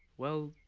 well,